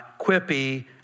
quippy